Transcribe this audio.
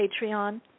Patreon